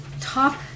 top